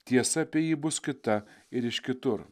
tiesa apie jį bus kita ir iš kitur